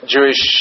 Jewish